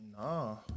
No